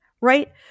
right